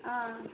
ஆ